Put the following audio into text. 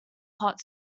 hot